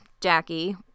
Jackie